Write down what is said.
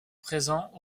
présent